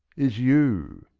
is you.